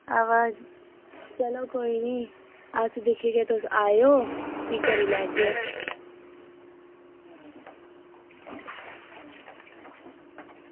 अवा चलो कोई निं अस दिखगे तुस आएओ भी करी लैगे